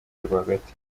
rwagati